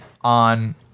on